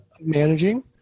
managing